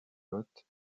votes